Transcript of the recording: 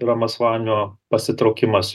ramas vanio pasitraukimas